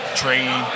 train